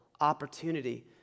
opportunity